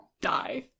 Die